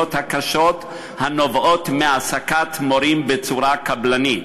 הקשות הנובעות מהעסקת מורים בצורה קבלנית.